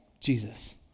Jesus